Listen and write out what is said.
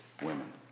women